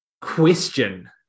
question